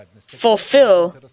fulfill